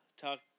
talk